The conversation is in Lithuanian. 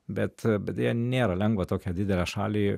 bet bet deja nėra lengva tokią didelę šalį